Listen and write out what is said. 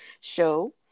show